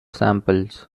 samples